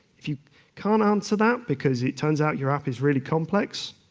if you can't answer that because it turns out your app is really complex,